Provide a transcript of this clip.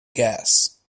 gas